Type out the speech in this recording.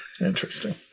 Interesting